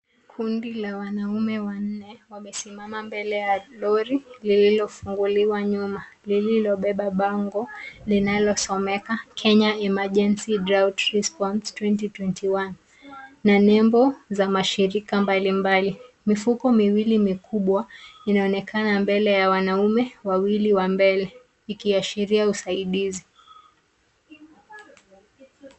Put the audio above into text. Kundi la wanaume wanne wamesimama mbele ya lori lililofunguliwa nyuma lililobeba bango linalosomeka Kenya emergency drought response 2021 na nembo za mashirika mbalimbali. Mifuko miwili mikubwa inaonekana mbele ya wanaume wawili wa mbele ikiashiria usaidizi.